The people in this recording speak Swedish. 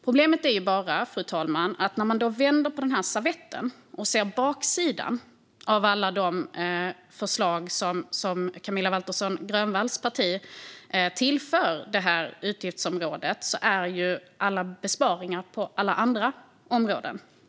Problemet är bara att när man vänder på servetten och ser baksidan av alla de förslag som Camilla Waltersson Grönvalls parti tillför utgiftsområdet ser man alla besparingar på alla andra områden.